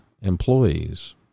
employees